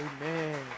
Amen